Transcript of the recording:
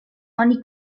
oni